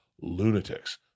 Lunatics